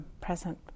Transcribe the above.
present